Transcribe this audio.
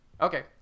okay